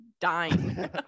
dying